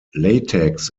latex